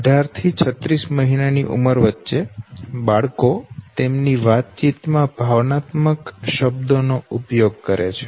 18 થી 36 મહિના ની ઉંમર વચ્ચે બાળકો તેઓ તેમની વાતચીતમાં ભાવનાત્મક શબ્દો નો ઉપયોગ કરે છે